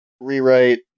rewrite